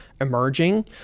emerging